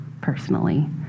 personally